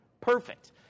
Perfect